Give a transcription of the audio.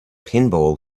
pinball